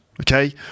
okay